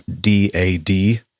D-A-D